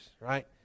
right